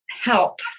help